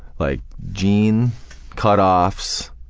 like jean cut-offs,